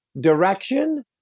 direction